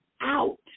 out